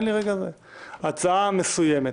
הפחתה מסוימת,